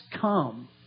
come